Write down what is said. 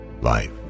life